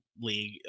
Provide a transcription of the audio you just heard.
league